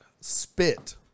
spit